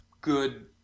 good